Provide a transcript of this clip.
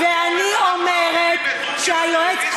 אנחנו מפעילים את דרוקר בטלוויזיה,